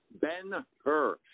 Ben-Hur